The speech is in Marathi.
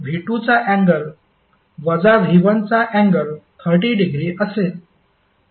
तर V2 चा अँगल वजा V1 चा अँगल 30 डिग्री असेल